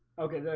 okay, right?